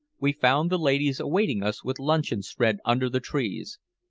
we found the ladies awaiting us with luncheon spread under the trees.